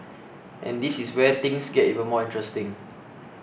and this is where things get even more interesting